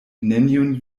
nenion